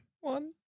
One